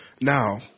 Now